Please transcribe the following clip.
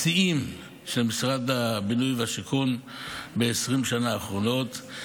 השיאים של משרד הבינוי והשיכון ב-20 השנה האחרונות,